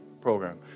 program